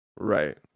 Right